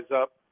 up